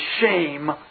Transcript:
shame